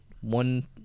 one